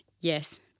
Yes